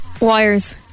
Wires